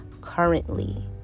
currently